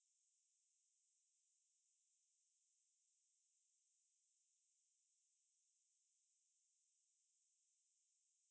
ஆமா ஆமா:aamaa aamaa okay ஆனா அவங்க குழந்த பெத்துக்குமோது அவங்க குழந்தைகள் தான வந்து அடுத்த தலைமுனரா வந்து பாதிக்கபடுறாங்க:aanaa avanga kulantha pethukkamothu avanga kulanthaigal thaana vanthu adutha thalaimunaraa vanthu baathikkapaduraanga